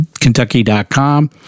Kentucky.com